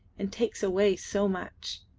and takes away so much.